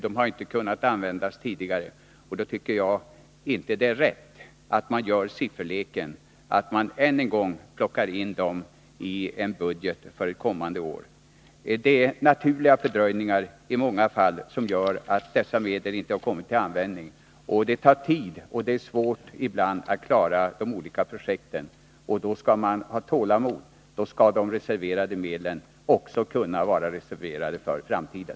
De har inte kunnat användas tidigare. Då tycker jag inte att det är rätt att man gör den sifferleken att man än en gång plockar in dem i en budget för kommande år. I många fall har naturliga fördröjningar gjort att dessa medel inte har kommit till användning. Det tar tid och är svårt ibland att klara de olika projekten. Då skall man ha tålamod. Då skall de reserverade medlen också kunna vara reserverade för framtiden.